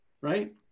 right